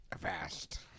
Fast